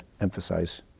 emphasize